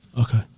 Okay